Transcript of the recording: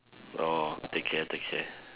orh take care take care